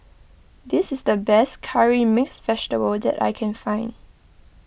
this is the best Curry Mixed Vegetable that I can find